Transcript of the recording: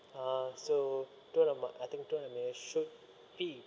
uh so two hundred a month I think two hundred minute should be